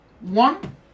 One